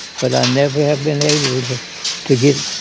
but i never have been able to to get,